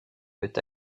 peut